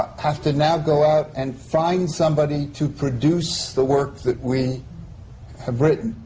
ah have to now go out and find somebody to produce the work that we have written.